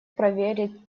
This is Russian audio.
проверить